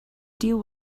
deal